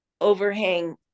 overhang